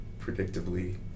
predictably